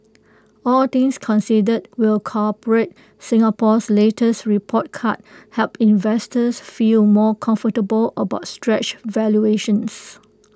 all things considered will corporate Singapore's latest report card help investors feel more comfortable about stretched valuations